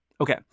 Okay